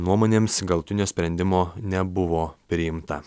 nuomonėms galutinio sprendimo nebuvo priimta